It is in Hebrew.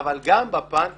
אבל גם בפן החוקי,